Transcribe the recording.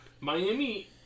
Miami